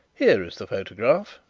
here is the photograph,